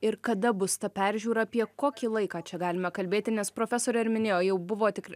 ir kada bus ta peržiūra apie kokį laiką čia galime kalbėti nes profesorė ir minėjo jau buvo tikr